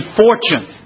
fortune